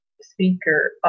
speaker